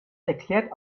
erklärt